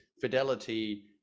Fidelity